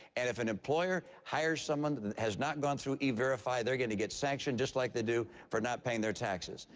and if an employer hires someone that has not gone through e verify, they're going to get sanctioned just like they do for not paying their taxes.